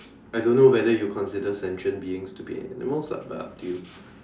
I don't know whether you consider sentient beings to be animals lah but up to you